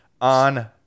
on